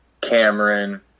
Cameron